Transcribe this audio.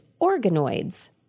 organoids